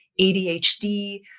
ADHD